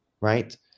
right